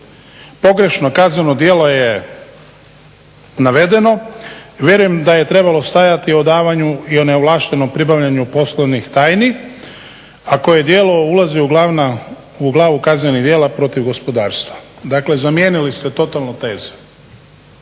Pogrešno kazneno djelo je navedeno, vjerujem da je trebalo stajati o odavanju i o neovlaštenom pribavljanju poslovnih tajni a koje djelo ulazi u glavu kaznenih djela protiv gospodarstva. Dakle, zamijenili ste totalno tezu.